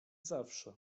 zawsze